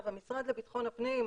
המשרד לביטחון הפנים,